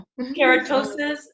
keratosis